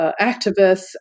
activists